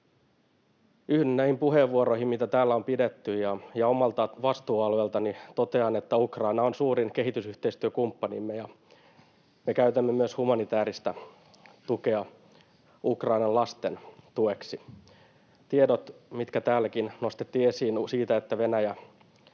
Yhdyn näihin puheenvuoroihin, mitä täällä on pidetty, ja omalta vastuualueeltani totean, että Ukraina on suurin kehitysyhteistyökumppanimme ja me käytämme myös humanitääristä tukea Ukrainan lasten tueksi. Tiedot, mitkä täälläkin nostettiin esiin siitä, että Venäjä